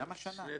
למה שנה?